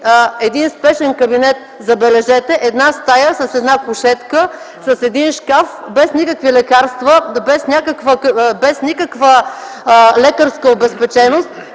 откри спешен кабинет, забележете – една стая с кушетка, с един шкаф, без никакви лекарства, без никаква лекарска обезпеченост.